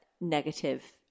negative